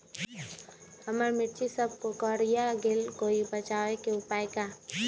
हमर मिर्ची सब कोकररिया गेल कोई बचाव के उपाय है का?